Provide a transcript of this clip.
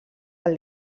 del